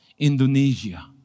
Indonesia